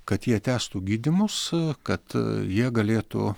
kad jie tęstų gydymus kad jie galėtų